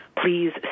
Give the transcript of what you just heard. Please